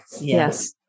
Yes